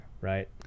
Right